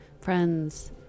friends